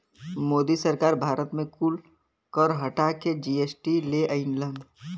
मोदी सरकार भारत मे कुल कर हटा के जी.एस.टी ले अइलन